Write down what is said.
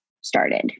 started